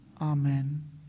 Amen